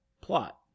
plot